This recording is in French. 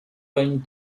point